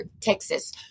Texas